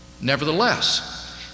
Nevertheless